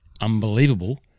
unbelievable